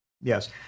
yes